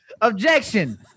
Objection